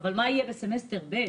אבל מה יהיה בסמסטר ב'?